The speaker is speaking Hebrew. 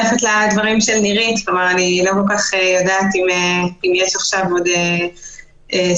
אני לא כל כך יודעת אם יש עכשיו סיכוי